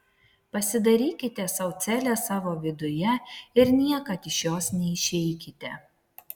pasidarykite sau celę savo viduje ir niekad iš jos neišeikite